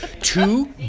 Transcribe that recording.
Two